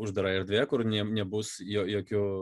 uždara erdvė kur ne nebus jo jokių